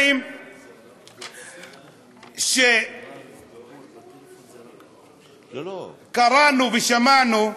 1. 2. קראנו ושמענו,